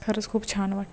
खरंच खूप छान वाटतं